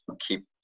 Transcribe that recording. keep